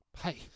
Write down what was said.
Hey